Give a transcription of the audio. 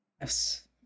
Yes